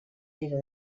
era